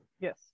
Yes